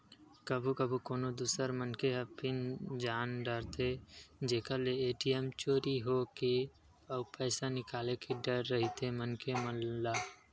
कभू कभू कोनो दूसर मनखे ह पिन जान डारथे जेखर ले ए.टी.एम चोरी होए के अउ पइसा निकाले के डर रहिथे मनखे मन ल